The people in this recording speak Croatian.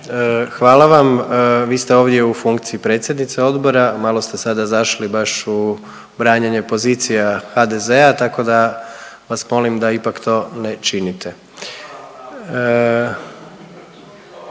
hvala vam. Vi ste ovdje u funkciji predsjednice Odbora, malo ste sada zašli baš u branjenje pozicija HDZ-a, tako da vas molim da ipak to ne činite.